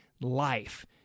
life